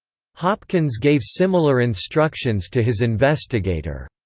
hopkins gave similar instructions to his investigator.